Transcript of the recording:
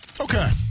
Okay